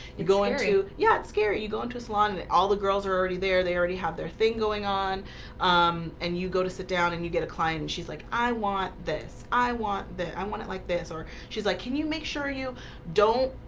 you're going hrough yeah, it's scary you go into salon. all the girls are already there. they already have their thing going on um and you go to sit down and you get a client and she's like i want this i want that i want it like this or she's like, can you make sure you don't,